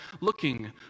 looking